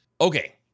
Okay